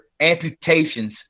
amputations